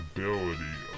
Ability